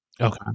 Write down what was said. Okay